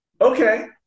Okay